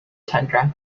tundra